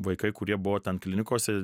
vaikai kurie buvo ten klinikose